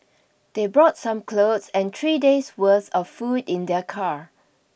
they brought some clothes and three days' worth of food in their car